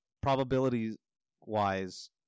probability-wise